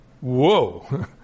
Whoa